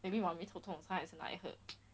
maybe 妈咪头痛她也是拿一个